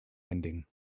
ending